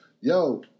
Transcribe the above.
yo